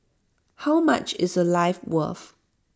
how much is A life worth